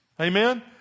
Amen